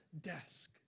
desk